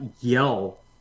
yell